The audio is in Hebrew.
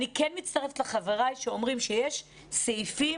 אני מצטרפת לחבריי שאומרים שיש סעיפים